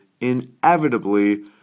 inevitably